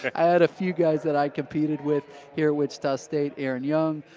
i had a few guys that i competed with here wichita state, erin young,